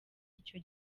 icyo